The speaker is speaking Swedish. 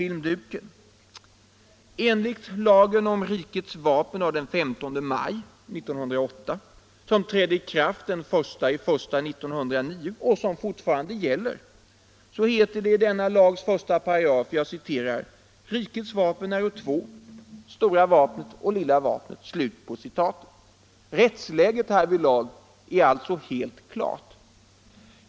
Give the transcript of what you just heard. I lagen om rikets vapen av den 15 maj 1908 som trädde i kraft den 1 januari 1909 som som fortfarande gäller, heter det i 1§: ”Rikets vapen äro två, stora vapnet och lilla vapnet.” Rättsläget härvidlag är alltså helt klart.